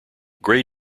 grey